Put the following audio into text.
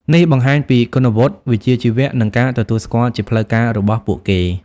នេះបង្ហាញពី គុណវុឌ្ឍិ វិជ្ជាជីវៈ និងការទទួលស្គាល់ជាផ្លូវការរបស់ពួកគេ។